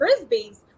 Frisbees